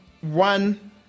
one